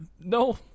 No